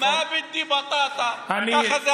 מא בידי בטאטא", ככה זה היה.